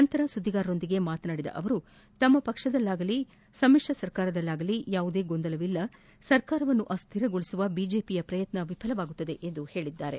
ನಂತರ ಸುದ್ದಿಗಾರರೊಂದಿಗೆ ಮಾತನಾಡಿದ ಅವರು ತಮ್ಮ ಪಕ್ಷದಲ್ಲಾಗಲಿ ಹಾಗೂ ಸಮಿತ್ರ ಸರ್ಕಾರದಲ್ಲಾಗಲಿ ಯಾವುದೇ ಗೊಂದಲವಿಲ್ಲ ಸರ್ಕಾರವನ್ನು ಅಸ್ವಿರಗೊಳಿಸುವ ಬಿಜೆಪಿ ಪ್ರಯತ್ನ ವಿಫಲಗೊಳ್ಳುತ್ತದೆ ಎಂದು ಹೇಳಿದ್ದಾರೆ